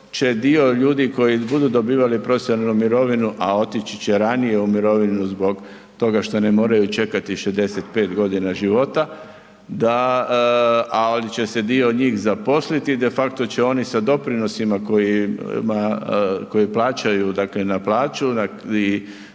će dio ljudi koji budu dobivali profesionalnu mirovinu, a otići će ranije u mirovinu zbog toga što ne moraju čekati 65.g. života, da, ali će se dio njih zaposliti, defakto će oni sa doprinosima kojima, koji plaćaju, dakle na plaću i,